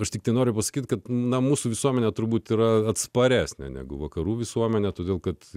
aš tiktai noriu pasakyti kad na mūsų visuomenė turbūt yra atsparesnė negu vakarų visuomenė todėl kad